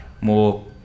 more